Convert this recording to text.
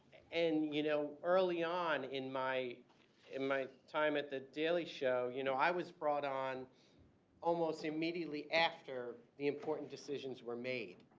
and, you know, early on in my in my time at the daily show, you know, i was brought on almost immediately after the important decisions were made,